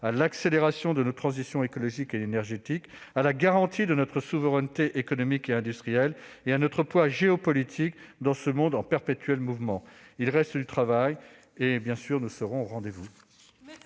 de l'accélération de notre transition écologique et énergétique, de la garantie de notre souveraineté économique et industrielle et de l'affirmation de notre poids géopolitique dans ce monde en perpétuel mouvement. Il reste du travail, mais le Sénat sera au rendez-vous.